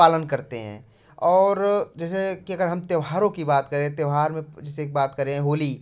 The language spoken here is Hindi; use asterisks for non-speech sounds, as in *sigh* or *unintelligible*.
पालन करते हैं और जैसे कि अगर हम त्योहारों की बात करें त्योहार *unintelligible* बात करें होली